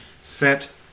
set